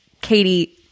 Katie